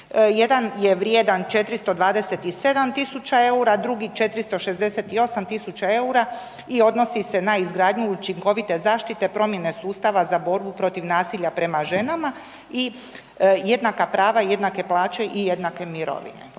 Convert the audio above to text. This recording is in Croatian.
Jedan je vrijedan 427.000 eura, drugi 468.000 eura i odnosi se na izgradnju učinkovite zaštite promjene sustava za borbu protiv nasilja prema ženama i jednaka prava i jednake plaće i jednake mirovine.